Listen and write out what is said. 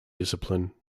discipline